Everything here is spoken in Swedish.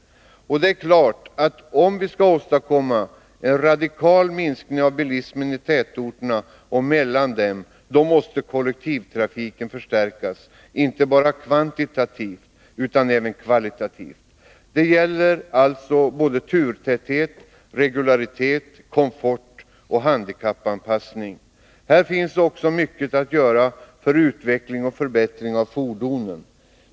Det är klart att om vi skall åstadkomma en radikal minskning av bilismen i tätorterna, och mellan dem, då måste kollektivtrafiken förstärkas, inte bara kvantitativt utan även kvalitativt. Det gäller alltså såväl turtäthet och regularitet som komfort och handikappanpassning. Här finns också mycket att göra för utveckling och förbättring av fordonen.